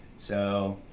so